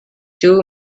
two